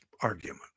argument